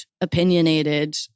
opinionated